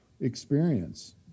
experience